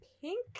pink